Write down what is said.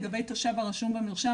לגבי תושב הרשום במרשם,